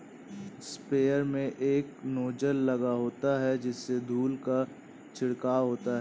sprayer में एक nozzle लगा होता है जिससे धूल का छिड़काव होता है